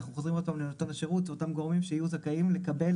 אנחנו חוזרים עוד פעם לנותן השירות אלו אותם הגורמים שיהיו זכאים לקבל